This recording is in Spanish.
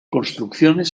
construcciones